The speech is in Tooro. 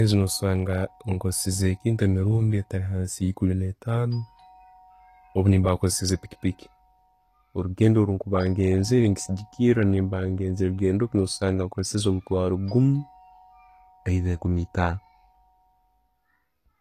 No'sanga nkozeseize ekintu emirindi etaali hansi ye ekuumi ne'taano, obwo nemba nkoseseize piki piki. Orugendo rwenkuba ngezere, kisigikiira, nemba ngezere rugendo ki npsanga nkozeseize omutwaro gumu, either enkumi etaano.